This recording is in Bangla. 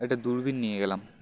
একটা দূরবীন নিয়ে গেলাম